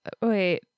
Wait